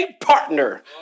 partner